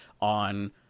on